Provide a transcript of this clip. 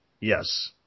yes